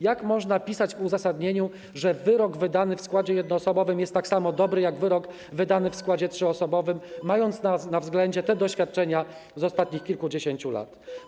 Jak można pisać w uzasadnieniu, że wyrok wydany przez sąd w składzie jednoosobowym jest tak samo dobry jak wyrok wydany przez sąd w składzie trzyosobowym, mając na względzie doświadczenia z ostatnich kilkudziesięciu lat?